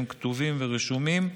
הם כתובים ורשומים.